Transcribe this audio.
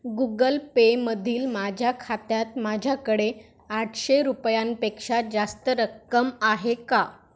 Google पेमधील माझ्या खात्यात माझ्याकडे आठशे रुपयांपेक्षा जास्त रक्कम आहे का